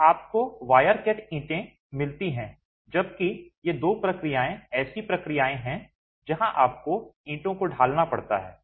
तो आपको wire cut ईंटें मिलती हैं जबकि ये दो प्रक्रियाएं ऐसी प्रक्रियाएं हैं जहां आपको ईंटों को ढालना पड़ता है